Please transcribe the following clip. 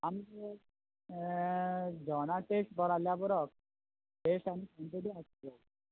आमकां जेवणा टेश्ट बोरो आसल्यार पुरो टेश्ट आनी सिनटीट आस तो